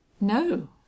No